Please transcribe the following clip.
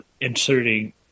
inserting